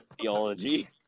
theology